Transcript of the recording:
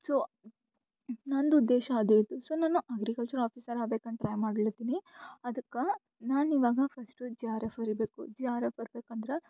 so ನಂದು ಉದ್ದೇಶ ಅದು ಇತ್ತು ಸೊ ನಾನು ಅಗ್ರಿಕಲ್ಚರ್ ಆಫೀಸರ್ ಆಗ್ಬೇಕು ಅಂತ ಟ್ರೈ ಮಾಡ್ಲಿತಿನಿ ಅದಕ್ಕೆ ನಾನು ಇವಾಗ ಫಸ್ಟು ಜಿ ಆರ್ ಎಫ್ ಬರೀಬೇಕು ಜಿ ಆರ್ ಎಫ್ ಬರಿಬೇಕಂದ್ರ